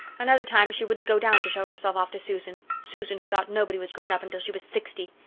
another time she wouldn't go down to show herself off to susan susan, who thought nobody was grown up until she was sixty!